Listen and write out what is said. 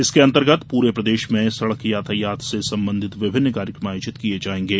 इसके अंतर्गत पूरे प्रदेष में सड़क यातायात से संबंधित विभिन्न कार्यक्रम आयोजित किये जाएंगे